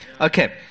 Okay